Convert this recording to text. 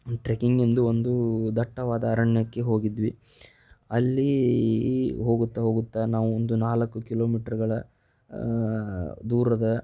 ಟ್ರಕ್ಕಿಂಗ್ಗೆಂದು ಒಂದು ದಟ್ಟವಾದ ಅರಣ್ಯಕ್ಕೆ ಹೋಗಿದ್ವಿ ಅಲ್ಲಿ ಹೋಗುತ್ತಾ ಹೋಗುತ್ತಾ ನಾವು ಒಂದು ನಾಲ್ಕು ಕಿಲೋಮೀಟ್ರ್ಗಳ ದೂರದ